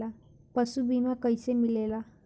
पशु बीमा कैसे मिलेला?